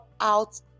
out